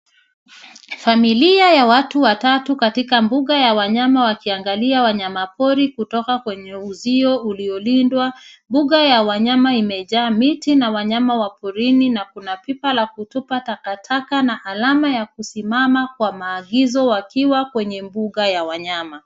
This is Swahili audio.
Familia ya watu watatu katika mbuga ya wanyama wakiangalia wanyama pori kutoka kwenye uzio uliolindwa. Mbuga ya wanyama imejaa miti na wanyama wa porini na kuna pipa la kutupa takataka na alama ya kusimama kwa maagizo wakiwa kwenye mbuga ya wanyama.